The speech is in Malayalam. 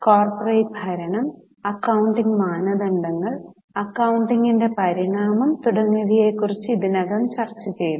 കോർപ്പറേറ്റ് ഭരണം അക്കൌണ്ടിംഗ് മാനദണ്ഡങ്ങൾ അക്കൌണ്ടിങ്ങിന്റെ പരിണാമം തുടങ്ങിയവയെക്കുറിച്ച് ഇതിനകം ചർച്ചചെയ്തു